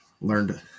learned